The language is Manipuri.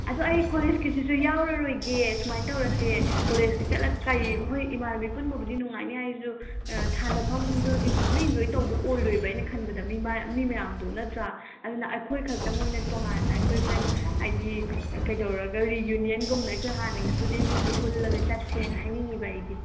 ꯑꯗꯨ ꯑꯩ ꯀꯣꯂꯦꯖꯀꯤꯁꯤꯁꯨ ꯌꯥꯎꯔꯔꯣꯏꯒꯦ ꯁꯨꯃꯥꯏꯅ ꯇꯧꯔꯁꯦ ꯀꯣꯂꯦꯁꯀꯤ ꯆꯠꯄ ꯀꯔꯤ ꯍꯣꯏ ꯏꯃꯥꯟꯅꯕꯤ ꯄꯨꯟꯕꯕꯨꯗꯤ ꯅꯨꯡꯉꯥꯏꯅꯤ ꯍꯥꯏꯁꯨ ꯁꯥꯟꯅꯐꯃꯗꯨꯗꯤ ꯐꯖꯅ ꯏꯟꯖꯣꯏ ꯇꯧꯕ ꯑꯣꯏꯔꯣꯏꯕ ꯑꯩꯅ ꯈꯟꯕꯗ ꯃꯤ ꯃꯌꯥꯝꯗꯣ ꯅꯠꯇ꯭ꯔ ꯑꯗꯨꯅ ꯑꯩꯈꯣꯏ ꯈꯛꯇꯪ ꯑꯣꯏꯅ ꯇꯣꯉꯥꯟꯅ ꯑꯩꯈꯣꯏ ꯐ꯭ꯔꯦꯟ ꯍꯥꯏꯗꯤ ꯀꯩꯗꯧꯔꯒ ꯔꯤꯌꯨꯅꯤꯌꯟꯒꯨꯝꯅ ꯑꯩꯈꯣꯏ ꯍꯥꯟꯅꯒꯤ ꯏꯁꯇꯨꯗꯦꯟꯁꯤꯡꯁꯦ ꯄꯨꯜꯂꯒ ꯆꯠꯁꯦꯅ ꯍꯥꯏꯅꯤꯡꯏꯕ ꯑꯩꯗꯤ